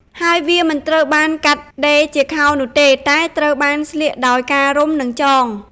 ហើយ វាមិនត្រូវបានកាត់ដេរជាខោនោះទេ តែត្រូវបានស្លៀកដោយការរុំ និងចង។